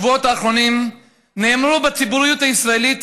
בשבועות האחרונים נאמרו בציבוריות הישראלית